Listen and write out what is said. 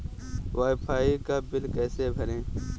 Wi fi का बिल कैसे भरें?